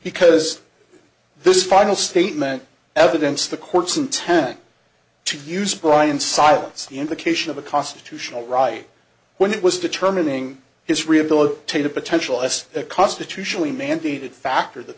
because this final statement evidence the court's intent to use brian silence the invocation of a constitutional right when it was determining his rehabilitative potential as a constitutionally mandated factor that